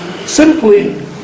simply